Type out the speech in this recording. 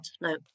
No